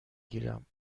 گیرم